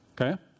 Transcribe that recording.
Okay